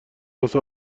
واسه